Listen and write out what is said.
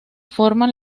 forman